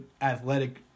athletic